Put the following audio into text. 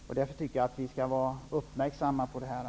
Jag tycker därför att vi skall vara uppmärksamma på detta.